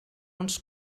uns